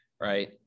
right